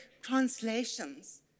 translations